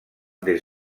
des